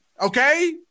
Okay